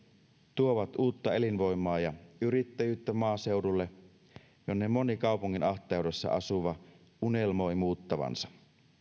tuovat uutta elinvoimaa ja yrittäjyyttä maaseudulle jonne moni kaupungin ahtaudessa asuva unelmoi muuttavansa